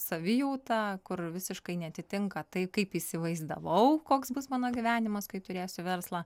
savijautą kur visiškai neatitinka tai kaip įsivaizdavau koks bus mano gyvenimas kai turėsiu verslą